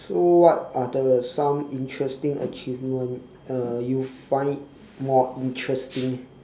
so what are the some interesting achievement uh you find more interesting